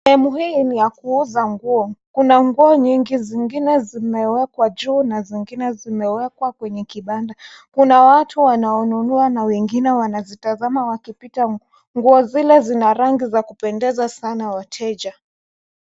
Sehemu hii ni ya kuuza nguo. Kuna nguo nyingi, zingine zimewekwa juu na zingine zimewekwa kwenye kibanda. Kuna watu wanaonunua na wengine wanazitazama wakipita. Nguo zile zina rangi za kupendeza sana wateja.